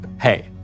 hey